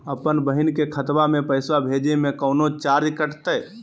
अपन बहिन के खतवा में पैसा भेजे में कौनो चार्जो कटतई?